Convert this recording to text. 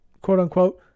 quote-unquote